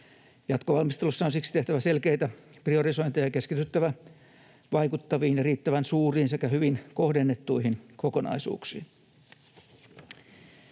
Jatkovalmistelussa on siksi tehtävä selkeitä priorisointeja ja keskityttävä vaikuttaviin ja riittävän suuriin sekä hyvin kohdennettuihin kokonaisuuksiin.